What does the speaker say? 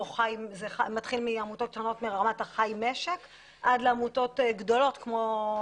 זה מתחיל מעמותות קטנות מרמת החי משק עד לעמותות גדולות כמו